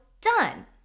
done